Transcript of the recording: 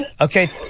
Okay